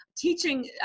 teaching